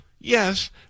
Yes